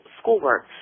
schoolwork